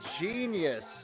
genius